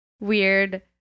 weird